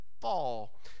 fall